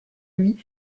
lui